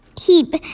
heap